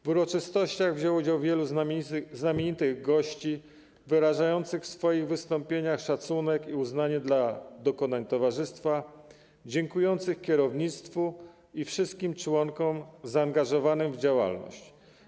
W uroczystościach wzięło udział wielu znamienitych gości, wyrażających w swoich wystąpieniach szacunek i uznanie dla dokonań towarzystwa i dziękujących kierownictwu oraz wszystkim członkom zaangażowanym w działalność.